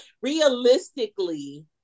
realistically